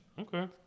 Okay